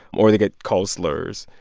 or they get called slurs.